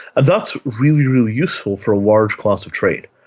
and that's really, really useful for a large class of trade.